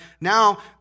now